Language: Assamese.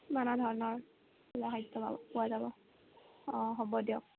নানাধৰণৰ থলুৱা খাদ্য পাব পোৱা যাব অঁ হ'ব দিয়ক